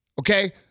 okay